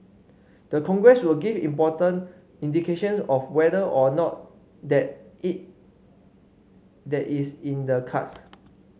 the Congress will give important indications of whether or not that is that is in the cards